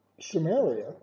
Samaria